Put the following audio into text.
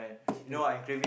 chicken